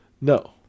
No